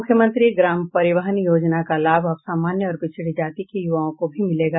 मुख्यमंत्री ग्राम परिवहन योजना का लाभ अब सामान्य और पिछडी जाति के युवाओं को भी मिलेगा